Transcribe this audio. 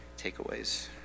takeaways